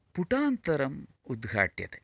पुटान्तरम् उद्घाट्यते